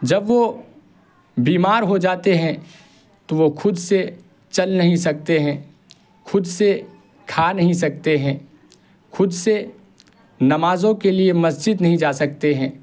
جب وہ بیمار ہو جاتے ہیں تو وہ خود سے چل نہیں سکتے ہیں خود سے کھا نہیں سکتے ہیں خود سے نمازوں کے لیے مسجد نہیں جا سکتے ہیں